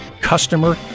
Customer